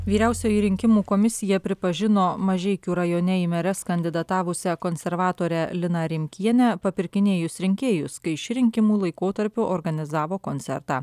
vyriausioji rinkimų komisija pripažino mažeikių rajone į meres kandidatavusią konservatorę liną rimkienę papirkinėjus rinkėjus kai ši rinkimų laikotarpiu organizavo koncertą